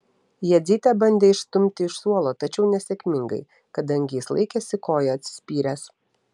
jadzytė bandė išstumti iš suolo tačiau nesėkmingai kadangi jis laikėsi koja atsispyręs